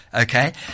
Okay